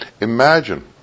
Imagine